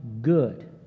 good